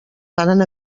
varen